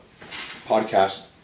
podcast